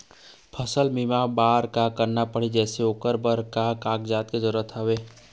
फसल बीमा बार का करना पड़ही जैसे ओकर बर का का कागजात के जरूरत हवे?